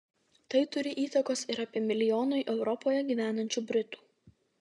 tai turi įtakos ir apie milijonui europoje gyvenančių britų